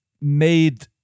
made